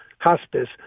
hospice